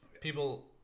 People